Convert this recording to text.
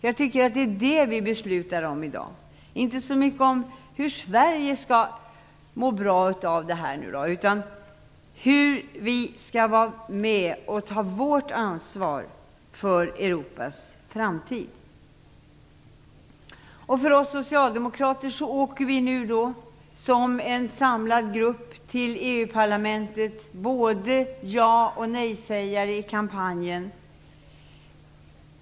Jag tycker att det är det vi beslutar om i dag. Vi beslutar inte så mycket om hur Sverige skall må bra av medlemskapet, utan om hur vi skall vara med och ta vårt ansvar för Europas framtid. Vi socialdemokrater åker som en samlad grupp till EU-parlamentet - både de som var ja-sägare och de som var nej-sägare i kampanjen.